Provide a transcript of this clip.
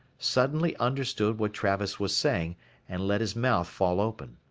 suddenly understood what travis was saying and let his mouth fall open.